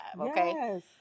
okay